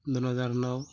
दोन हजार नऊ